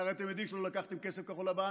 והרי אתם יודעים שלא לקחתם כסף כחול-לבן,